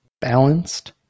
balanced